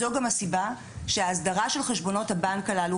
זו גם הסיבה שההסדרה של חשבונות הבנק הללו,